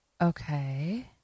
okay